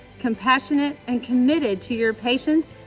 compassionate, and committed to your patients,